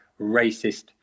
racist